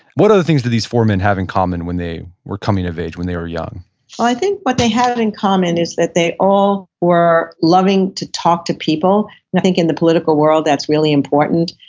what other things do these four men have in common when they were coming of age, when they were young? well i think what they had in in common is that they all were loving to talk to people, and i think in the political world that's really important.